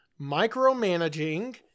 Micromanaging